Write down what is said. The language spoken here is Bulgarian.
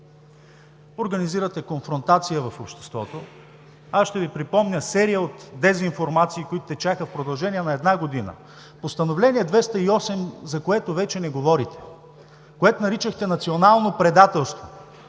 организирате конфронтация в обществото. Аз ще Ви припомня серия от дезинформации, които течаха в продължение на една година. Постановление 208, за което вече не говорите, което наричате „национално предателство“…